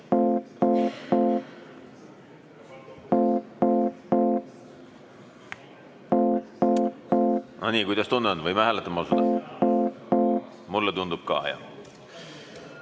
No nii, kuidas tunne on? Võime hääletama hakata? Mulle tundub ka, jah.